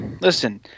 listen